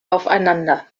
aufeinander